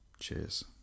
Cheers